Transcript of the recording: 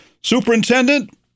Superintendent